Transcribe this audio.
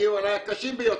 שהגיעו אלי, קשים ביותר,